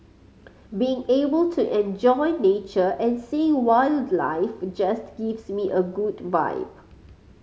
being able to enjoy nature and seeing wildlife just gives me a good vibe